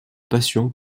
passion